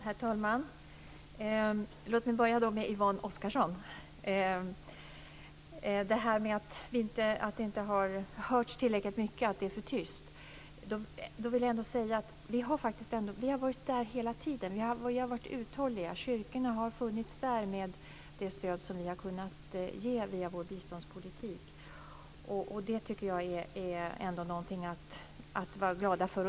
Herr talman! Låt mig börja med Yvonne Oscarsson. Vad gäller att det har varit för tyst omkring detta vill jag säga att vi ändå har varit där hela tiden. Vi har varit uthålliga. Kyrkorna har funnits där med det stöd som vi har kunnat ge med vår biståndspolitik. Jag tycker att det är något att vara glad för.